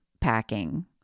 packing